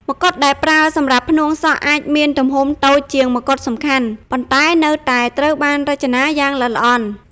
ម្កុដដែលប្រើសម្រាប់ផ្នួងសក់អាចមានទំហំតូចជាងម្កុដសំខាន់ ប៉ុន្តែនៅតែត្រូវបានរចនាយ៉ាងល្អិតល្អន់។